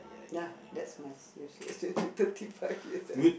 ya that's my serious thirty five years leh